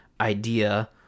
idea